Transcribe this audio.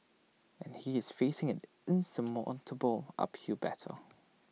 and he is facing an insurmountable uphill battle